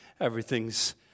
Everything's